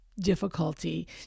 difficulty